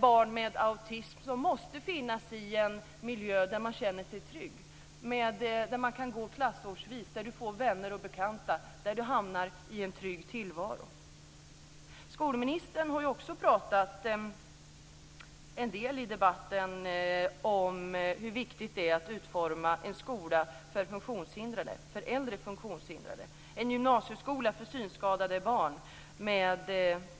Barn med autism måste finnas i en miljö där de känner sig trygga, där de kan gå årskursvis, där de får vänner och bekanta, där de hamnar i en trygg tillvaro. Skolministern har ju också talat en del i debatten om hur viktigt det är att utforma en skola för äldre funktionshindrade och en gymnasieskola för synskadade barn med